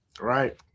Right